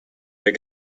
der